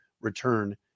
return